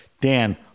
Dan